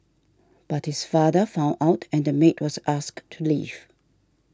but his father found out and the maid was asked to leave